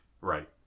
Right